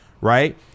right